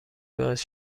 باعث